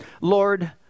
Lord